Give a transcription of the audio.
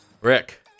Rick